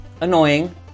annoying